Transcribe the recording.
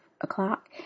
o'clock